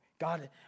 God